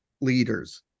leaders